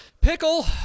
Pickle